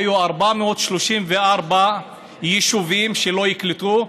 היו 434 יישובים שלא יקלטו,